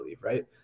right